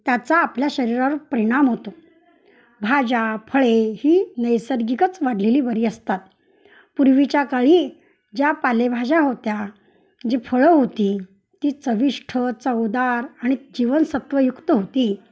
त्याचा आपल्या शरीरावर परिणाम होतो भाज्या फळे ही नैसर्गिकच वाढलेली बरी असतात पूर्वीच्या काळी ज्या पालेभाज्या होत्या जी फळं होती ती चविष्ट चवदार आणि जीवनसत्वयुक्त होती